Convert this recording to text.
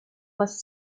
was